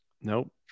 Nope